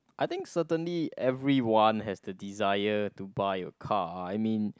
I think certainly everyone has the desire to buy a car I mean